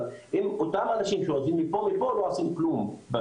אבל אם אותם אנשים שעוזבים מפה לפה לא עושים כלום.